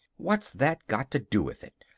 what's that got to do with it?